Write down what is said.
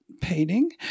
painting